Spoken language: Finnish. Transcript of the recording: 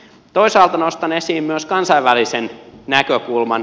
toisaalta nostan esiin myös kansainvälisen näkökulman